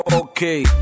okay